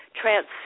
trans